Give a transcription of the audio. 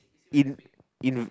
in in